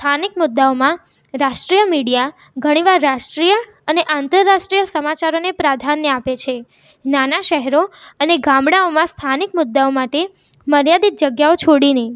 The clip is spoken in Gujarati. સ્થાનિક મુદ્દાઓમાં રાષ્ટ્રીય મીડિયા ઘણીવાર રાષ્ટ્રીય અને આંતરરાષ્ટ્રીય સમાચારોને પ્રાધાન્ય આપે છે નાના શહેરો અને ગામડાઓમાં સ્થાનિક મુદ્દાઓ માટે મર્યાદિત જગ્યાઓ છોડીને